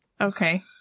Okay